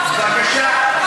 בבקשה.